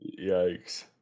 Yikes